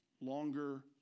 longer